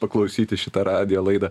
paklausyti šitą radijo laidą